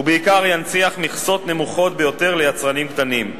ובעיקר ינציח מכסות נמוכות ביותר ליצרנים קטנים.